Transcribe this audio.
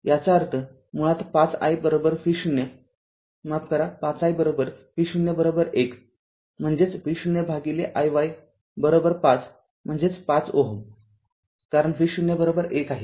याचा अर्थ मुळात ५ i V0 माफ करा ५ i V0१म्हणजेच V0 भागिले i0५ म्हणजेच ५Ω कारण V0१ आहे